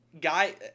guy